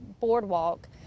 boardwalk